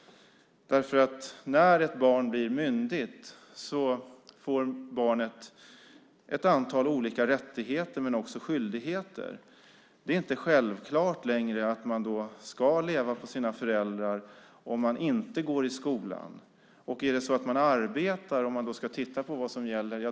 När ett barn blir myndigt får nämligen barnet ett antal olika rättigheter men också skyldigheter. Det är inte längre självklart att man då ska leva på sina föräldrar om man inte går i skolan. Arbetar barnet ska barnet också bidra till hushållet, om man tittar på vad som gäller.